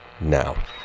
now